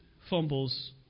fumbles